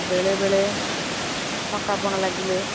ବେଳେବେଳେ ଥକାପଣ ଲାଗିଲେ